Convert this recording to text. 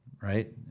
right